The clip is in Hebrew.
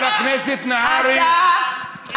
חבר הכנסת נהרי,